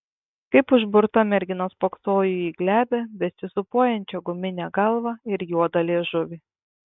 kaip užburta mergina spoksojo į glebią besisūpuojančią guminę galvą ir juodą liežuvį